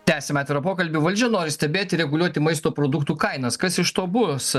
tęsiame atvirą pokalbį valdžia nori stebėti reguliuoti maisto produktų kainas kas iš to bus